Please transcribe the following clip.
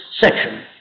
section